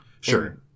sure